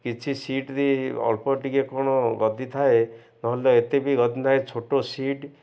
କିଛି ସିଟ୍ରେ ଅଳ୍ପ ଟିକେ କ'ଣ ଗଦି ଥାଏ ନହେଲେ ଏତେ ବି ଗଦି ନାଁଏ ଛୋଟ ସିଟ୍